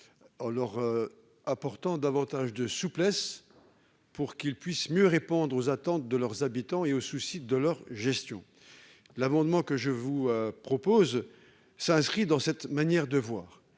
en leur apportant davantage de souplesse pour qu'ils puissent mieux répondre aux attentes de leurs habitants et au souci de leur gestion. L'objet de cet amendement s'inscrit dans cette manière de voir